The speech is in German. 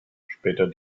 später